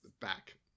back